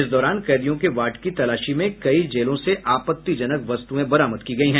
इस दौरान कैदियों के वार्ड की तलाशी में कई जेलों से आपत्तिजनक वस्तुएं बरामद की गयी हैं